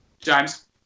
James